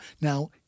Now